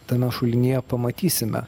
tame šulinyje pamatysime